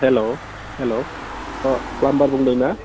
hello अ plumber बुंदों ना